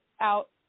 out